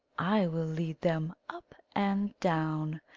i will lead them up and down.